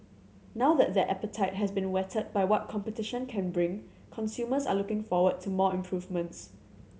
now that their appetite has been whetted by what competition can bring consumers are looking forward to more improvements